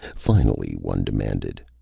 finally one demanded,